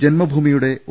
ജന്മഭൂമിയുടെ O